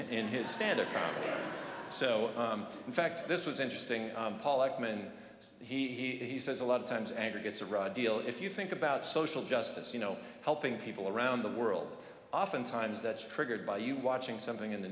in his stand up so in fact this was interesting paul ekman he says a lot of times anger gets a raw deal if you think about social justice you know helping people around the world oftentimes that's triggered by you watching something in the